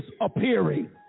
appearing